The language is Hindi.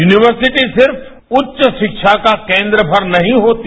यूनिवर्सिटी सिर्फ उच्च शिक्षा का केन्द्र भर नहीं होती